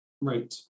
right